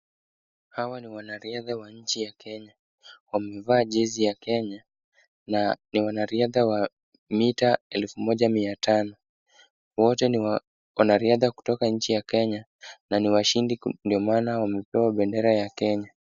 Hawa ni wanariadha wa nchi ya Kenya. Wamevaa jezi ya Kenya, na ni wanariadha wa mita elfu moja mia tano. Wote ni wa, wanariadha kutoka nchi ya Kenya, na ni washindi ku, ndio maana wamepewa bendera ya Kenya.